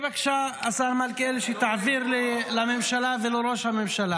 לא אנשום כשקוראים לדובר צה"ל "דובר החונטה הצבאית".